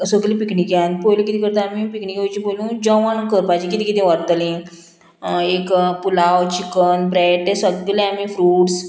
सगळीं पिकनीके आनी पयलीं कितें करता आमी पिकनीके वयचें पयलूं जेवण करपाची किदें किदें व्हरतलीं एक पुलाव चिकन ब्रेड तें सगलें आमी फ्रुट्स